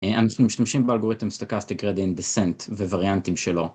אה... אנחנו משתמשים באלגוריתם stochastic gradient descent ווריאנטים שלו